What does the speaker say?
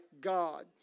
God